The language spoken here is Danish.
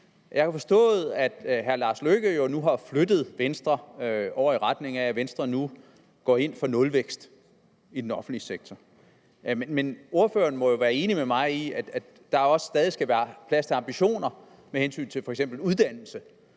Jeg har forstået, at hr. Lars Løkke Rasmussen nu har flyttet Venstre over i retning af, at Venstre nu går ind for nulvækst i den offentlige sektor, men ordføreren må jo være enig med mig i, at der også stadig skal være plads til ambitioner med hensyn til f.eks. uddannelse.